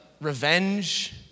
revenge